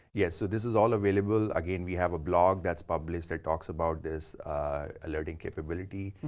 yes. so, this is all available. again, we have a blog that's published that talks about this alerting capability.